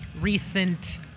recent